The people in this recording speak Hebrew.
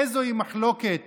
איזוהי מחלוקת